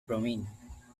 bromine